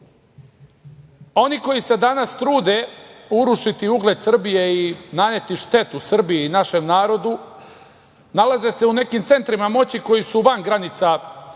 oni koji se danas trude urušiti ugled Srbije i naneti štetu Srbiji i našem narodu nalaze se u nekim centrima moći koji su van granica države